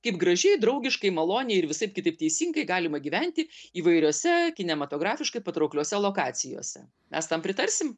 kaip gražiai draugiškai maloniai ir visaip kitaip teisingai galima gyventi įvairiose kinematografiškai patraukliose lokacijose mes tam pritarsim